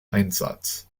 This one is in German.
einsatz